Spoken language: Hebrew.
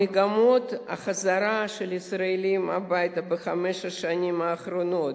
מגמות החזרה הביתה של ישראלים בחמש השנים האחרונות,